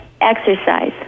exercise